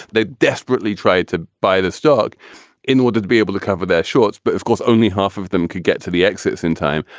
they desperately tried to buy the stock in order to be able to cover their shorts. but of course, only half of them could get to the exits in time.